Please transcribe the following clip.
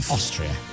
Austria